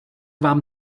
vám